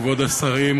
כבוד השרים,